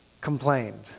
complained